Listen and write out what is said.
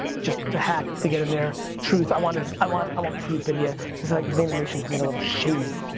just to hack, to get in there. truth, i want i want um ah proof, india cause like vaynernation can get a little shady.